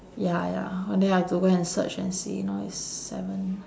ya ya then I have to go and search and see now it's seven